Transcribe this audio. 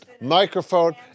Microphone